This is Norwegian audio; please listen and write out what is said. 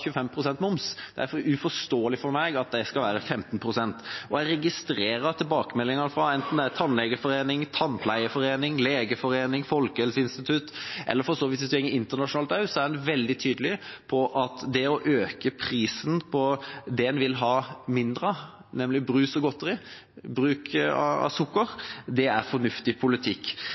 pst. moms. Det er uforståelig for meg at det skal være 15 pst. Jeg registrerer at i tilbakemeldingene, enten det er Tannlegeforeningen, Tannpleierforeningen, Legeforeningen, Folkehelseinstituttet eller for så vidt hvis man går internasjonalt også, så er en veldig tydelig på at det å øke prisen på det en vil ha mindre av, nemlig brus og godteri, bruk av sukker, er fornuftig politikk.